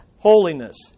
Holiness